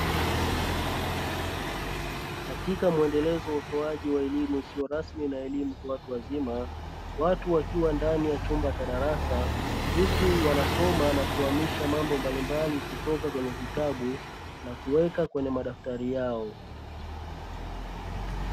Katika mwendelezo wa utoaji wa elimu isiyo rasmi na elimu kwa watu wazima, watu wakiwa ndani ya chumba cha darasa. Huku wanasoma na kuhamisha mambo mbalimbali kutoka kwenye kitabu na kuweka kwenye madaftari yao.